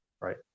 right